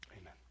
Amen